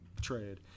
trade